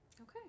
Okay